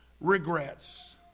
regrets